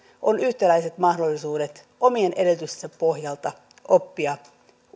on yhtäläiset mahdollisuudet omien edellytystensä pohjalta oppia